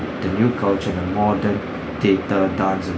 the new culture and a modern theatre dance and